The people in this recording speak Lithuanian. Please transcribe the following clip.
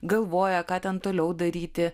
galvoja ką ten toliau daryti